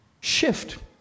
shift